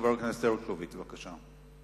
חבר הכנסת הרשקוביץ, בבקשה.